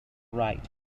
right